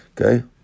Okay